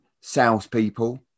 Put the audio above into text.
salespeople